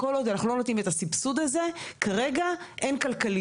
כל עוד אנחנו לא נותנים את הסבסוד אין כלכליות.